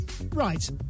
Right